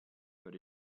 but